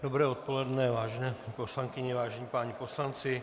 Dobré odpoledne, vážené poslankyně, vážení páni poslanci.